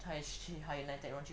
才去 higher NITEC